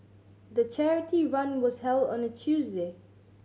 the charity run was held on a Tuesday